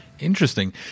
interesting